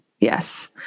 Yes